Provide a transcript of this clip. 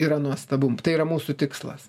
yra nuostabu tai yra mūsų tikslas